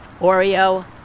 Oreo